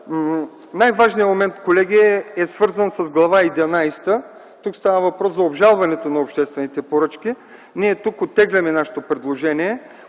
Най-важният момент, колеги, е свързан с Глава единадесета. Става въпрос за обжалването на обществените поръчки. Тук оттегляме нашето предложение,